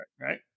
right